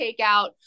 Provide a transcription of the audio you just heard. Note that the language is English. takeout